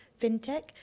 fintech